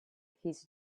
his